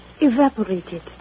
evaporated